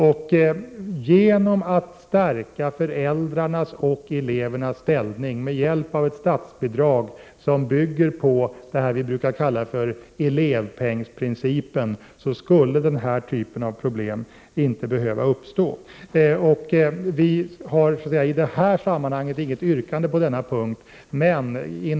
Om man kunde stärka föräldrarnas och elevernas ställning med hjälp av ett statsbidrag, som bygger på ” elevpengsprincipen” , skulle denna typ av problem inte behöva uppstå. Vi har i dag inget yrkande på denna punkt.